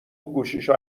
گوشیشو